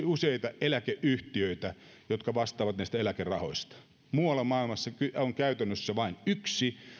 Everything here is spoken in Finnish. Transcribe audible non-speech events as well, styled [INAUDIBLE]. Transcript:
[UNINTELLIGIBLE] useita eläkeyhtiöitä jotka vastaavat näistä eläkerahoista muualla maailmassa on käytännössä vain yksi